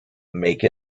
make